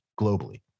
globally